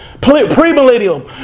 pre-millennial